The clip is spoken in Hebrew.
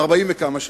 40 וכמה שנים.